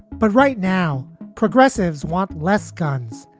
but right now, progressives want less guns,